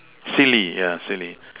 silly yeah silly